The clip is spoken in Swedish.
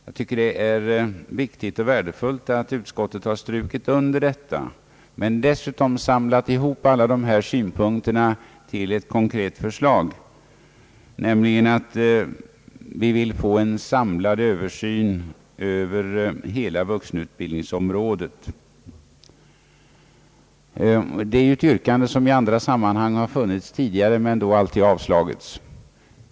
Jag tycker det är viktigt och värdefullt att utskottet har strukit under detta, men dessutom samlat ihop alla dessa synpunkter till ett konkret förslag, nämligen att vi vill få en samlad översyn över hela vuxenutbildningsområdet. Detta yrkande har tidigare framställts i andra sammanhang men då alltid avslagits.